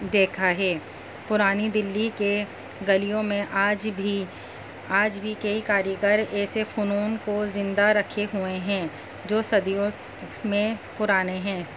دیکھا ہے پرانی دلی کے گلیوں میں آج بھی آج بھی کئی کاریگر ایسے فنون کو زندہ رکھے ہوئے ہیں جو صدیوں میں پرانے ہیں